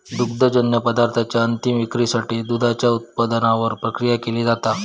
दुग्धजन्य पदार्थांच्या अंतीम विक्रीसाठी दुधाच्या उत्पादनावर प्रक्रिया केली जाता